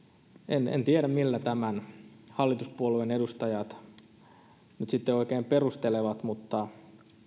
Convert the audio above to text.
en en tiedä millä hallituspuolueen edustajat tämän nyt sitten oikein perustelevat mutta